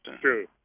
True